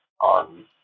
on